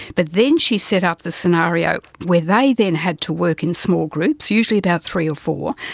but then she set up the scenario where they then had to work in small groups, usually about three or four,